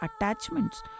attachments